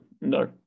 No